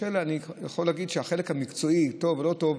אני יכול להגיד שהחלק המקצועי, טוב או לא טוב,